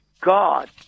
God